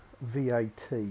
VAT